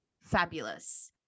fabulous